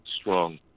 strong